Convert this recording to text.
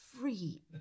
free